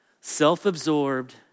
self-absorbed